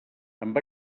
amb